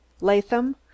latham